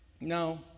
No